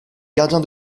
gardien